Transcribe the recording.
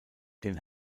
den